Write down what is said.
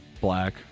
black